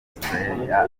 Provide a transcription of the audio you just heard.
australia